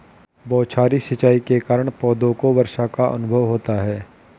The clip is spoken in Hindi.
बौछारी सिंचाई के कारण पौधों को वर्षा का अनुभव होता है